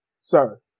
sir